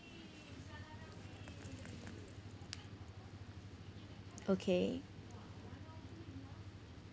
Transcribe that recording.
okay